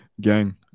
Gang